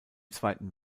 zweiten